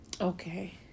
Okay